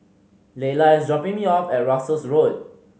Leila is dropping me off at Russels Road